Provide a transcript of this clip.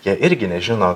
jie irgi nežino